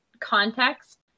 context